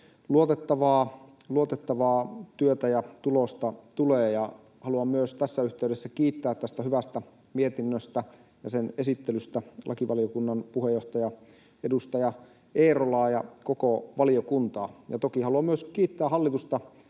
luotettavaa työtä ja tulosta tulee. Haluan myös tässä yhteydessä kiittää tästä hyvästä mietinnöstä ja sen esittelystä lakivaliokunnan puheenjohtaja, edustaja Eerolaa ja koko valiokuntaa, ja toki haluan myös kiittää hallitusta